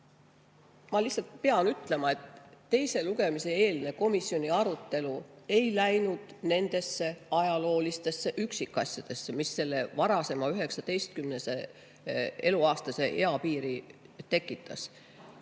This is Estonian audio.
Ma lihtsalt pean ütlema, et teise lugemise eelne komisjoni arutelu ei läinud nendesse ajaloolistesse üksikasjadesse, mis selle varasema 19‑eluaastase eapiiri tekitas.